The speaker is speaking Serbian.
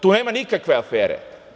Tu nema nikakve afere.